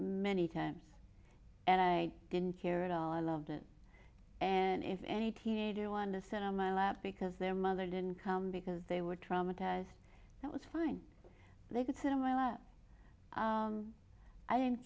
many times and i didn't care at all i loved it and if any teenager want to set on my lap because their mother didn't come because they were traumatized i was fine they could sit on my lap i don't